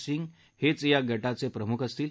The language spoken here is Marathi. सिंग हेच या गटाचे प्रमुख असतील